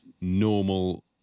normal